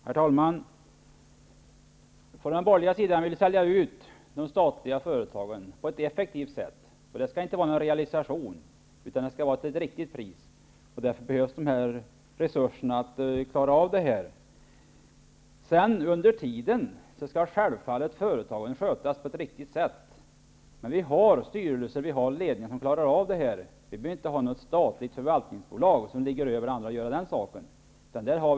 Herr talman! Vi på den borgerliga sidan vill sälja ut de statliga företagen på ett effektivt sätt. Det skall inte vara någon realisation, utan försäljningen skall ske till ett riktigt pris. Därför behövs dessa resurser. Under tiden skall företagen självfallet skötas på ett riktigt sätt. Vi har styrelser och ledningar som klarar av detta, och vi behöver inte ha något statligt förvaltningsbolag för den sakens skull.